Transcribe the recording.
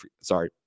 sorry